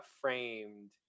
framed